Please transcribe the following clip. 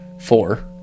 four